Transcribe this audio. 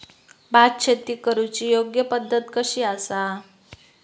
भात शेती करुची योग्य पद्धत कशी आसा?